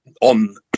on